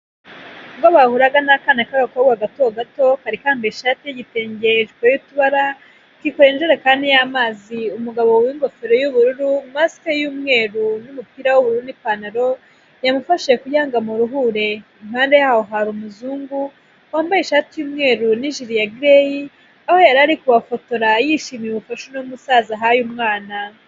Ubwo bahuraga n'akana k'agakobwa gato gato kari kambaye ishati y'itenge, ijipo y'utubara, kikoreye ijerekani y'amazi umugabo w'ingofero y'ubururu mask y'umweru n'umupira w'ubururu n'ipantaro, yamufashije kugira ngo amuruhure, impande yaho hari umuzungu wambaye ishati y'umweru n'ijiri ya gray aho yari ari kubafotora yishimiye ubufasha uno musaza ahaye umwana.